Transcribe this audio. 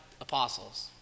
apostles